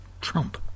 Trump